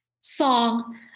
song